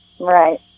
Right